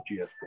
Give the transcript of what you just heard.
GSP